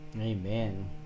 amen